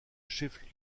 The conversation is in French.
chef